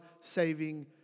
saving